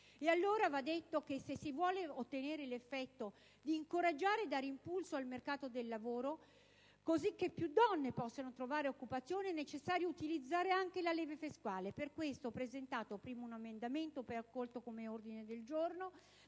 allora che se si vuole ottenere l'effetto di incoraggiare e dare impulso al mercato del lavoro, così che più donne possano trovare occupazione, è necessario utilizzare anche la leva fiscale. Per questo ho presentato un emendamento, poi accolto come ordine del giorno